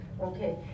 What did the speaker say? Okay